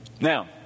now